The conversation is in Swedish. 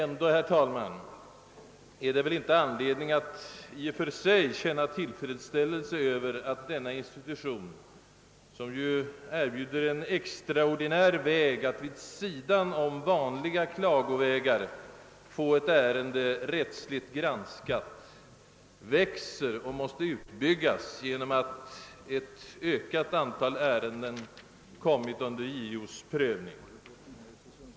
Ändå, herr talman, är det väl i och för sig inte anledning att känna tillfredsställelse över att denna institution, som erbjuder en extraordinär väg att vid sidan om vanliga klagovägar få ett ärende rättsligt granskat, växer och måste utbyggas genom att ett ökat antal ärenden kommit under JO:s prövning.